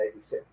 1987